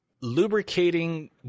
lubricating